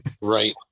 Right